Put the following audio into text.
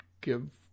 give